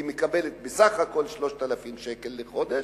היא מקבלת בסך הכול 3,000 שקל לחודש,